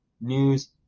news